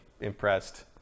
impressed